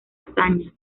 azaña